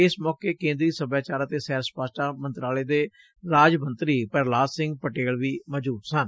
ਇਸ ਮੌਕੇ ਕੇਂਦਰੀ ਸਭਿਆਚਾਰ ਅਤੇ ਸੈਰ ਸਪਾਟਾ ਮੰਤਰਾਲੇ ਦੇ ਰਾਜ ਮੰਤਰੀ ਪੁਹਿਲਾਦ ਸਿੰਘ ਪਟੇਲ ਵੀ ਮੌਜੁਦ ਸਨ